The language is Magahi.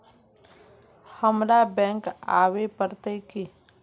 हमरा बैंक आवे पड़ते की?